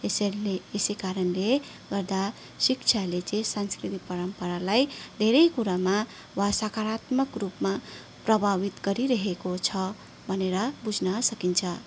यसरी नै यसै कारणले गर्दा शिक्षाले चाहिँ सांस्कृतिक परम्परालाई धेरै कुरामा वा सकरात्मक रूपमा प्रभावित गरिरहेको छ भनेर बुझ्न सकिन्छ